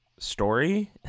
story